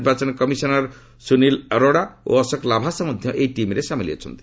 ନିର୍ବାଚନ କମିଶନର ସୁନୀଲ ଅରୋରା ଓ ଅଶୋକ ଲାଭାସା ମଧ୍ୟ ଏହି ଟିମ୍ରେ ସାମିଲ ଅଛନ୍ତି